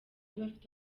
bafite